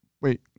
Wait